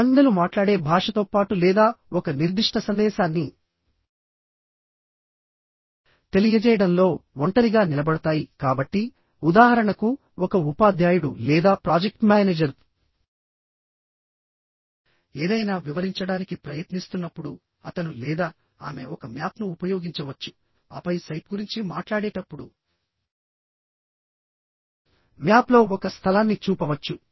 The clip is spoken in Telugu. సంజ్ఞలు మాట్లాడే భాషతో పాటు లేదా ఒక నిర్దిష్ట సందేశాన్ని తెలియజేయడంలో ఒంటరిగా నిలబడతాయి కాబట్టి ఉదాహరణకు ఒక ఉపాధ్యాయుడు లేదా ప్రాజెక్ట్ మేనేజర్ ఏదైనా వివరించడానికి ప్రయత్నిస్తున్నప్పుడు అతను లేదా ఆమె ఒక మ్యాప్ను ఉపయోగించవచ్చు ఆపై సైట్ గురించి మాట్లాడేటప్పుడు మ్యాప్లో ఒక స్థలాన్ని చూపవచ్చు